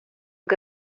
que